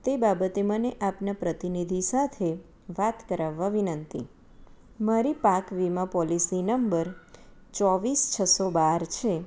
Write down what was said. તે બાબતે મને આપના પ્રતિનિધિ સાથે વાત કરાવવા વિનંતી મારી પાક વીમા પોલિસી નંબર ચોવીસ છસો બાર છે